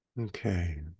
Okay